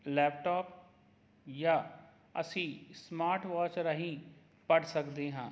laptop ਜਾਂ ਅਸੀਂ smart watch ਰਾਹੀਂ ਪੜ੍ਹ ਸਕਦੇ ਹਾਂ